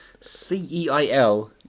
C-E-I-L